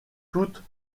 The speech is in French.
toutes